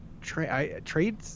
trade